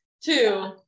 two